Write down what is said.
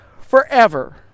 forever